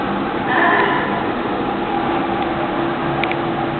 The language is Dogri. ऐं